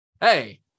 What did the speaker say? hey